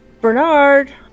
Bernard